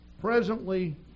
presently